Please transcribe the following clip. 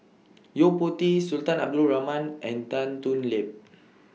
Yo Po Tee Sultan Abdul Rahman and Tan Thoon Lip